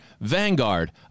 Vanguard